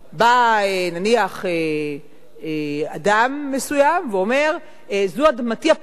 בא, נניח, אדם מסוים ואומר: זו אדמתי הפרטית.